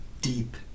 deep